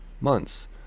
Months